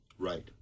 Right